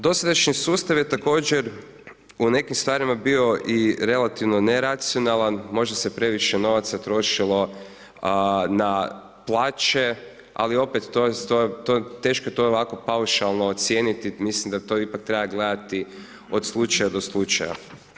Dosadašnji sustav je također u nekim stvarima bio i relativno neracionalan, možda se previše novaca trošilo na plaće, ali opet to je teško, teško je to ovako paušalno ocijeniti, mislim da to ipak treba gledati od slučaja do slučaja.